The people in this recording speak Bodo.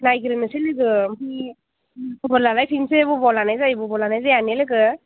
नायग्रोनोसै लोगो ओमफ्राय खबर लालायफिननोसै बबाव लानाय जायो बबाव लानाय जाया ने लोगो